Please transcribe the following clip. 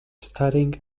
studying